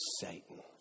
Satan